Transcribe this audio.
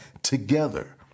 together